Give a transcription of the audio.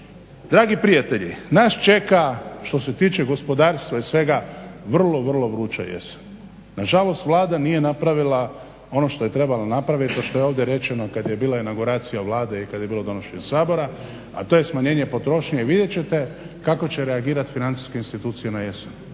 Dragi prijatelji, nas čeka što se tiče gospodarstva i svega vrlo, vrlo vruća jesen. Na žalost Vlada nije napravila ono što je trebala napraviti a što je ovdje rečeno kad je bila inauguracija Vlade i kad je bilo donošenje Sabora, a to je smanjenje potrošnje. I vidjet ćete kako će reagirati financijske institucije na jesen.